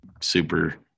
super